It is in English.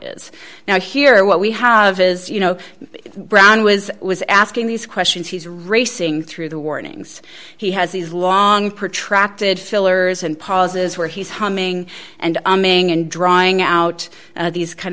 is now here what we have is you know brown was was asking these questions he's racing through the warnings he has these long protracted fillers and pauses where he's humming and and drying out these kind